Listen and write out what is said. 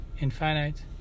infinite